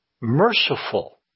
merciful